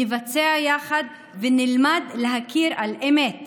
נבצע יחד ונלמד להכיר על אמת